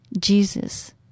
Jesus